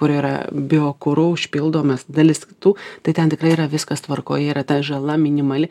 kur yra biokuru užpildomas dalis tų tai ten tikrai yra viskas tvarkoj yra ta žala minimali